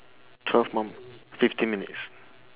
twelve more fifteen minutes